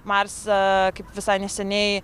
marsą kaip visai neseniai